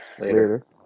Later